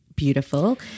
Beautiful